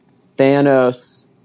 Thanos